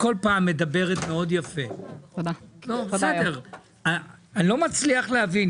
בכל פעם את מדברת מאוד יפה, ואני לא מצליח להבין.